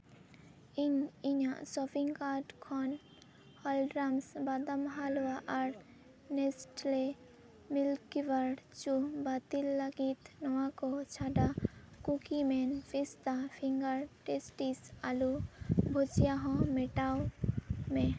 ᱤᱧ ᱤᱧᱟᱹᱜ shopping card ᱠᱷᱚᱱ ᱦᱟᱞᱰᱨᱟᱢᱥ ᱵᱟᱫᱟᱢ ᱦᱟᱞᱣᱟ ᱟᱨ ᱱᱮᱥᱴᱞᱮ ᱢᱤᱞᱠᱤᱵᱟᱨ ᱪᱳᱱ ᱵᱟᱹᱛᱤᱞ ᱞᱟᱹᱜᱤᱫ ᱱᱚᱣᱟ ᱠᱚ ᱪᱷᱟᱰᱟ ᱠᱩᱠᱤᱢᱮᱱ ᱯᱤᱥᱛᱟ ᱯᱷᱤᱝᱜᱟᱨ ᱴᱮᱥᱴᱤᱥ ᱟᱹᱞᱩ ᱵᱷᱩᱡᱤᱭᱟ ᱦᱚᱸ ᱢᱮᱴᱟᱣ ᱢᱮ